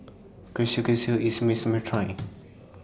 Kushikatsu IS must A Try